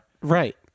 Right